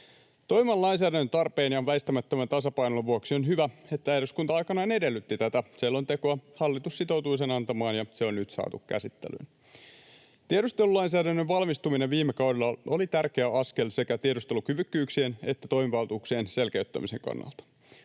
Toimivan lainsäädännön tarpeen ja väistämättömän tasapainoilun vuoksi on hyvä, että eduskunta aikanaan edellytti tätä selontekoa, hallitus sitoutui sen antamaan ja se on nyt saatu käsittelyyn. Tiedustelulainsäädännön valmistuminen viime kaudella oli tärkeä askel sekä tiedustelukyvykkyyksien että toimivaltuuksien selkeyttämisen kannalta.